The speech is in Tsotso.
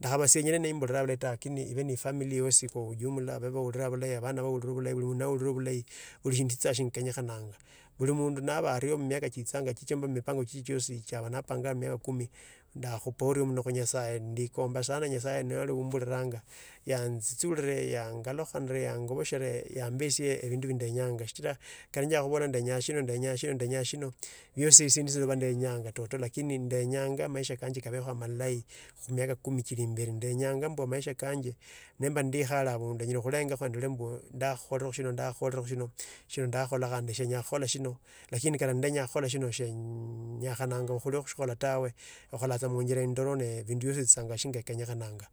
Ndakhaba sienyene neburironga bulahi ta lakini ebi ne familia yosi kwa ujumla bahuriraa bulahi abana nibahuriraa bulahi buli shinidu nashienye khananga. Buli mundu nabaa ario mumiaka tsihanga mumipango chichiye hapanganga miaka kumi ndakhakhura orio khunyasaye. Ndaekondbanga sana nyasaye aba niho oburiranga, yatsi sure, yangobeshere yambisiye ebindu bie ndanyanga sihira kali nyara khubola ndienyanga shino nanda shino biosi bia ndanyanga toto lakini ndanyango amaisha kanja khabaho amalahi khumiaki kumi chilimbeli. Ndenyanga mbwa mumaisha kanje nemba ndikhare bonde ndolanga nandikhorekho shino ndakhorekho shino shino ndakholekha kandi shenyakholekha shino, lakini kerendanyakhola shino shieeeenyakhanango khole shikhwala tawe. Khukhula somenjero indoroo ne biundu tsitsanga shinge kenyangananga.